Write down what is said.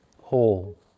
whole